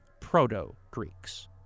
proto-Greeks